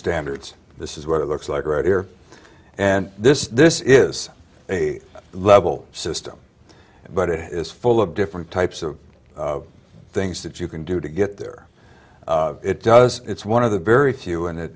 standards this is what it looks like right here and this is this is a level system but it is full of different types of things that you can do to get there it does it's one of the very few and it